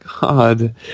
God